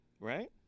Right